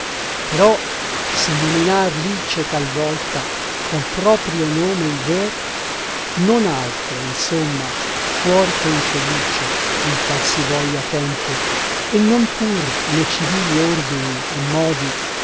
però se nominar lice talvolta con proprio nome il ver non altro in somma fuor che infelice in qualsivoglia tempo e non pur ne civili ordini e modi